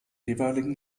jeweiligen